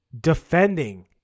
defending